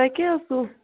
تۄہہِ کیٛاہ اوسوٕ